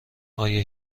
آیا